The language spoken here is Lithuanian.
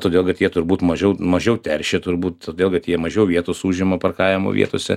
todėl kad jie turbūt mažiau mažiau teršia turbūt todėl kad jie mažiau vietos užima parkavimo vietose